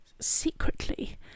secretly